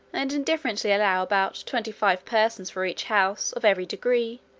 and indifferently allow about twenty-five persons for each house, of every degree,